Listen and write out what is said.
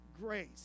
grace